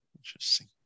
Interesting